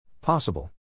Possible